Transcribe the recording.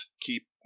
keep